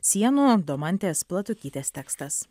sienų domantės platūkytės tekstas